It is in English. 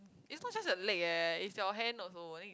is not just your leg eh is your hand also